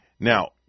Now